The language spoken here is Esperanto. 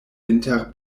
inter